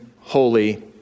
holy